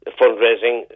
fundraising